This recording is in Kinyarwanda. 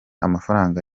amafaranga